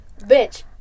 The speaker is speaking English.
bitch